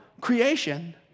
creation